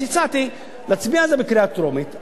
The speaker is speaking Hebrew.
אז הצעתי להצביע על זה בקריאה טרומית.